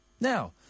Now